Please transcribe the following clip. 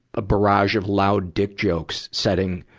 a barrage of loud dick jokes setting,